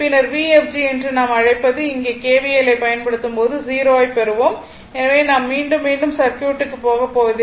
பின்னர் Vfg என்று நாம் அழைப்பது இங்கே kvl ஐப் பயன்படுத்தும் போது 0 ஐப் பெறுவோம் எனவே நாம் மீண்டும் மீண்டும் சர்க்யூட்டுக்கு போகப் போவதில்லை